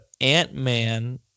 Ant-Man